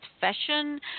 fashion